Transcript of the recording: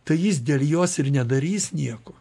tai jis dėl jos ir nedarys nieko